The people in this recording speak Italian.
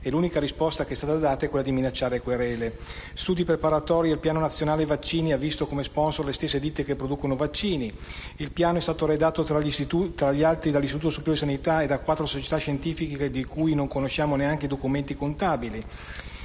e l'unica risposta che è stata data è una minaccia di querele. Gli studi preparatori per il Piano nazionale vaccini hanno visto come *sponsor* le stesse ditte che producevano vaccini ed il Piano è stato redatto, tra gli altri, dall'Istituto superiore di sanità e da quattro società scientifiche di cui non conosciamo neanche i documenti contabili,